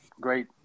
great